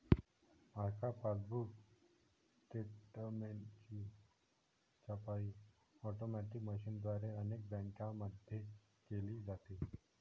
आजकाल पासबुक स्टेटमेंटची छपाई ऑटोमॅटिक मशीनद्वारे अनेक बँकांमध्ये केली जाते